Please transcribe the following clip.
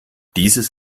dieses